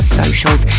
socials